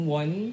one